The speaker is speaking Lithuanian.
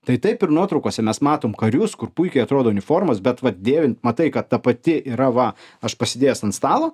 tai taip ir nuotraukose mes matom karius kur puikiai atrodo uniformos bet vat dėvint matai ta pati yra va aš pasidėjęs ant stalo